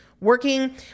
working